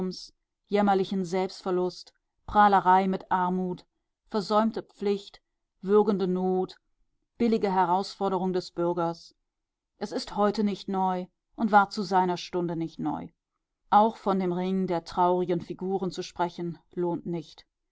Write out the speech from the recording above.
jämmerlichen selbstverlust prahlerei mit armut versäumte pflicht würgende not billige herausforderung des bürgers es ist heute nicht neu und war zu seiner stunde nicht neu auch von dem ring der traurigen figuren zu sprechen lohnt nicht